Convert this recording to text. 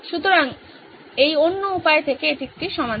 সুতরাং এই অন্য উপায় থেকে এটি একটি সমাধান